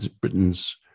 Britain's